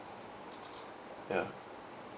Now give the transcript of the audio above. ya